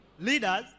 leaders